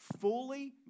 fully